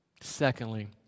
secondly